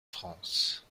france